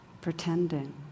pretending